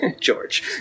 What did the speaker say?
george